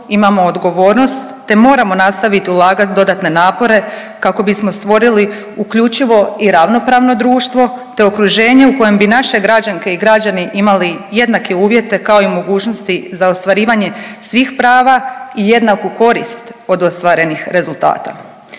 imamo odgovornost, te moramo nastavit ulagat dodatne napore kako bismo stvorili uključivo i ravnopravno društvo, te okruženje u kojem bi naše građanke i građani imali jednake uvjete, kao i mogućnosti za ostvarivanje svih prava i jednaku korist od ostvarenih rezultata.